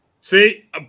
See